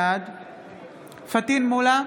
בעד פטין מולא,